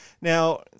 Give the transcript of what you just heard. Now